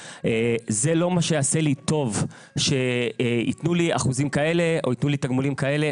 זה לא מה שיעשה לי טוב שייתנו לי אחוזים כאלה או ייתנו לי תגמולים כאלה,